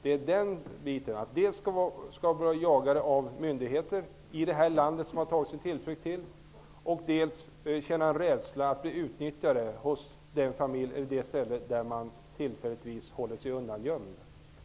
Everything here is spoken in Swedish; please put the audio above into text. Skall dessa flyktingar vara jagade av myndigheter i det här landet, som de tagit sin tillflykt till, och behöva känna rädsla för att bli utnyttjade på det ställe där de tillfälligtvis håller sig undangömda?